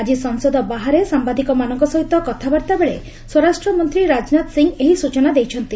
ଆଜି ସଂସଦ ବାହାରେ ସାମ୍ବାଦିକମାନଙ୍କ ସହିତ କଥାବାର୍ତ୍ତାବେଳେ ସ୍ୱରାଷ୍ଟ୍ର ମନ୍ତ୍ରୀ ରାଜନାଥ ସିଂ ଏହି ସୂଚନା ଦେଇଛନ୍ତି